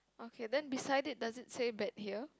okay then beside it does it say bet here